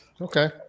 Okay